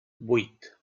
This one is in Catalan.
vuit